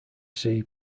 see